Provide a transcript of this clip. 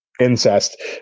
Incest